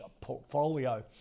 portfolio